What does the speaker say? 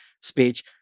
speech